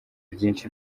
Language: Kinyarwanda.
byinshi